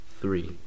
three